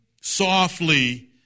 softly